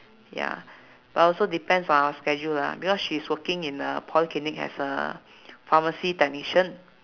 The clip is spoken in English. ya but also depends on our schedule lah because she's working in a polyclinic as a pharmacy technician